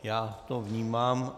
Já to vnímám.